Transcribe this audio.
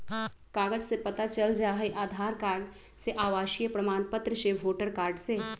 कागज से पता चल जाहई, आधार कार्ड से, आवासीय प्रमाण पत्र से, वोटर कार्ड से?